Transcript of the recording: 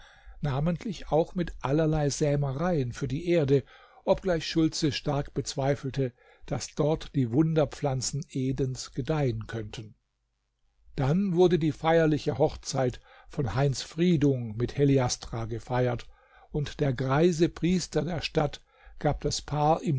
namentlich auch mit allerlei sämereien für die erde obgleich schultze stark bezweifelte daß dort die wunderpflanzen edens gedeihen könnten dann wurde die feierliche hochzeit von heinz friedung mit heliastra gefeiert und der greise priester der stadt gab das paar